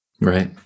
right